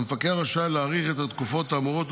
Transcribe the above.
המפקח רשאי להאריך את התקופות האמורות,